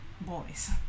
boys